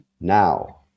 now